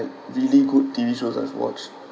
really good T_V shows I've watched